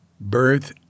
birth